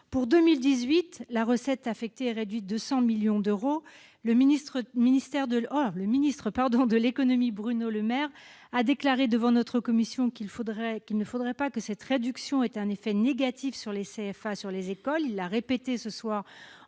Pour 2018, la recette affectée est réduite de 100 millions d'euros. Le ministre de l'économie, Bruno Lemaire, a déclaré devant notre commission des affaires économiques qu'il ne faudrait pas que cette réduction ait un effet négatif sur les CFA et les écoles, et il l'a répété ce soir lors de